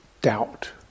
Doubt